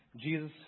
Jesus